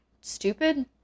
stupid